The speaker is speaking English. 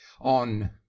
On